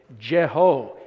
Jeho